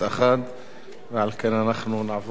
נעבור לקריאה שלישית.